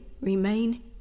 remain